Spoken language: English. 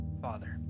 father